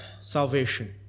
Salvation